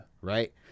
right